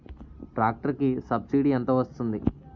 Tractor కి subsidy ఎంత వస్తుంది?